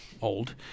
Old